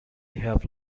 have